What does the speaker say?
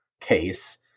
case